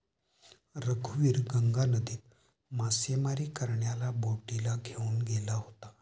रघुवीर गंगा नदीत मासेमारी करणाऱ्या बोटीला घेऊन गेला होता